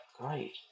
great